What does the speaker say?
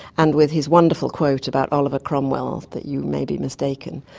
and with his wonderful quote about oliver cromwell that you may be mistaken,